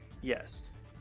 Yes